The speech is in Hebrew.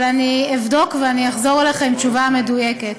אבל אני אבדוק ואני אחזור אליך עם תשובה מדויקת.